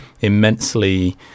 immensely